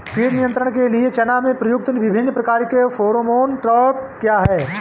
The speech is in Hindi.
कीट नियंत्रण के लिए चना में प्रयुक्त विभिन्न प्रकार के फेरोमोन ट्रैप क्या है?